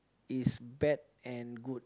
is bad and good